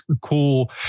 cool